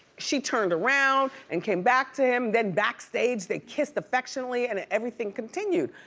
she turned around and came back to him, then backstage they kissed affectionately and everything continued,